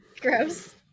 Gross